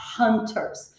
hunters